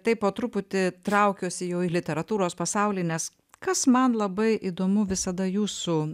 taip po truputį traukiuosi jau į literatūros pasaulį nes kas man labai įdomu visada jūsų